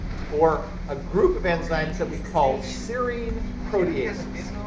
for a group of enzymes that we call serine proteases,